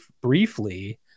briefly